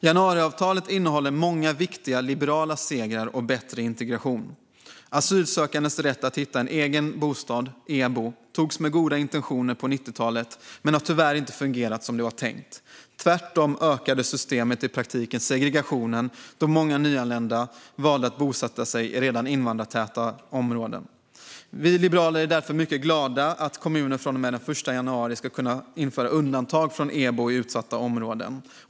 Januariavtalet innehåller många viktiga liberala segrar och bättre integration. Lagen om asylsökandes rätt att hitta en egen bostad, EBO, antogs med goda intentioner på 90-talet men har tyvärr inte fungerat som det var tänkt. Tvärtom ökade systemet i praktiken segregationen, då många nyanlända valde att bosätta sig i redan invandrartäta områden. Vi liberaler är därför mycket glada att kommuner från och med den 1 januari ska kunna införa undantag från EBO i utsatta områden.